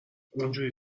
اونجوری